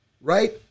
right